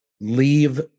leave